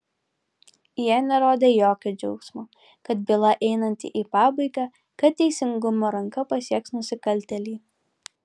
jie nerodė jokio džiaugsmo kad byla einanti į pabaigą kad teisingumo ranka pasieks nusikaltėlį